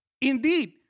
Indeed